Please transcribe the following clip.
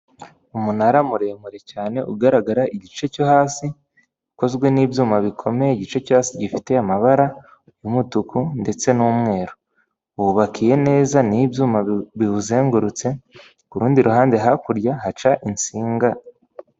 Umunara muremure cyane ugaragara igice cyo hasi ukozwe n'ibyuma bikomeye, igice cyo hasi gifite amabara y'umutuku ndetse n'umweru, wubakiye neza n'ibyuma biwuzengurutse k'urundi ruhande hakurya haca insinga.